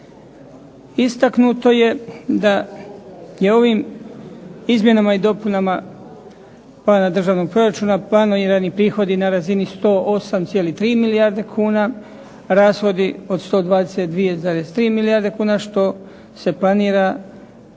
Istaknuto je da je ovim izmjenama i dopunama plana državnog proračuna planirani prihodi na razini 108,3 milijarde kuna, rashodi od 122,3 milijarde kuna, što se planira